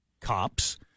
cops